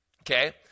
Okay